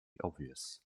obvious